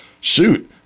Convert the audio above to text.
shoot